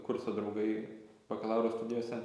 kurso draugai bakalauro studijose